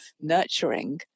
nurturing